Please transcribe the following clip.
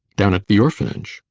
down at the orphanage?